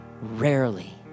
rarely